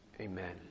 amen